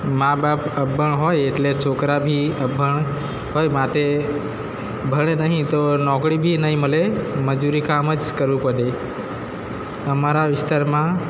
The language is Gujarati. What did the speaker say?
મા બાપ અભણ હોય એટલે છોકરા બી અભણ હોય માટે ભણે નહીં તો નોકરી બી નહીં મળે મજૂરી કામ જ કરવું પડે અમારા વિસ્તારમાં